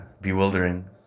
bewildering